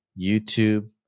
YouTube